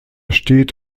steht